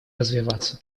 развиваться